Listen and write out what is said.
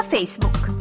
Facebook